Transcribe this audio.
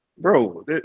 bro